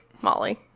molly